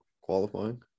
qualifying